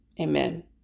Amen